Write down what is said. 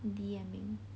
D_M-ing